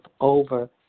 over